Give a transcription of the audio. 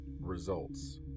Results